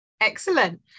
Excellent